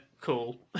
Cool